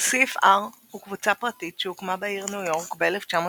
ה-CFR הוא קבוצה פרטית שהוקמה בעיר ניו יורק ב-1921,